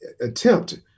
attempt